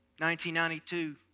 1992